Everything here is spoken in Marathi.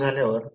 212 अँपिअर आहे